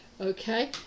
Okay